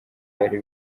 ibyari